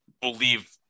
believe